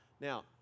now